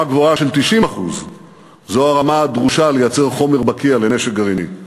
גבוהה של 90%. זו הרמה הדרושה לייצר חומר בקיע לנשק גרעיני.